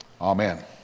Amen